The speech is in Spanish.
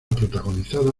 protagonizada